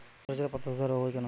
শর্ষের পাতাধসা রোগ হয় কেন?